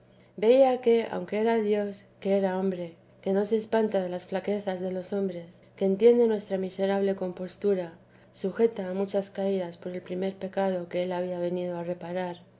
veía que aunque era dios que era hombre que no se espanta de las flaquezas de los hombre que entiende nuestra miserable compostura sujeta a muchas caídas por el primer pecado que él había venido a reparar